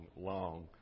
long